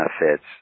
benefits